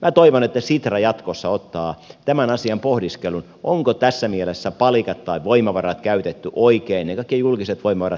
minä toivon että sitra jatkossa ottaa tämän asian pohdiskeluun onko tässä mielessä palikat tai voimavarat käytetty oikein ne kaikki julkiset voimavarat